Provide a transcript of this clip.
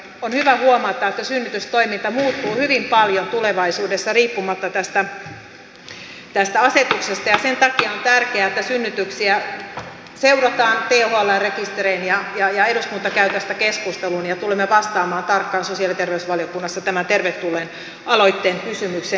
on hyvä huomata että synnytystoiminta muuttuu hyvin paljon tulevaisuudessa riippumatta tästä asetuksesta ja sen takia on tärkeää että synnytyksiä seurataan thln rekisterein ja eduskunta käy tästä keskustelun ja tulemme vastaamaan tarkkaan sosiaali ja terveysvaliokunnassa tämän tervetulleen aloitteen kysymykseen